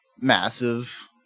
massive